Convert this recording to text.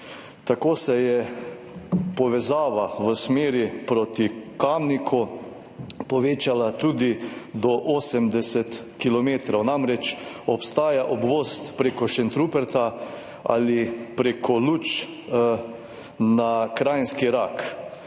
Tako se je povezava v smeri proti Kamniku povečala tudi do 80 kilometrov. Namreč obstaja obvoz preko Šentruperta ali preko Luč na Kranjski Rak.